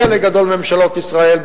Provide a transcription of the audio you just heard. חלק גדול מממשלות ישראל,